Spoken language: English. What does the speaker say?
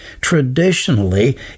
traditionally